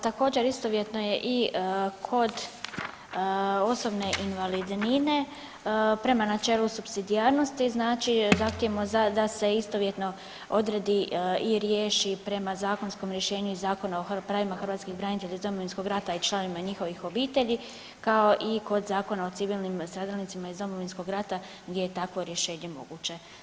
Također istovjetno je i kod osobne invalidnine prema načelu supsidijarnosti znači zahtijevamo da se istovjetno odredi i riješi prema zakonskom rješenju i prema Zakonu o pravima hrvatskih branitelja iz Domovinskog rata i članovima njihovih obitelji kao i kod Zakona o civilnim stradalnicima iz Domovinskog rata gdje je takvo rješenje moguće.